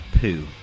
poo